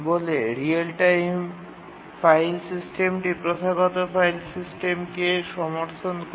তাই real time file সিস্টেমটি প্রথাগত ফাইল সিস্টেমটিকে সমর্থন করে